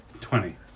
Twenty